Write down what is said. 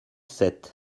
sept